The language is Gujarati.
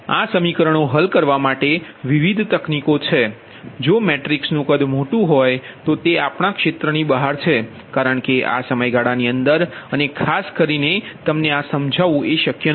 આ સમીકરણો હલ કરવા માટે વિવિધ તકનીક છે જો મેટ્રિક્સનું કદ મોટું છે તો તે આપણ ક્ષેત્રની બહાર છે કારણ કે આ સમયગાળાની અંદર અને ખાસ કરીને યોગ્ય બતાવવું શક્ય નથી